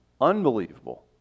Unbelievable